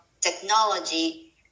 technology